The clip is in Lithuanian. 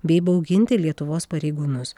bei įbauginti lietuvos pareigūnus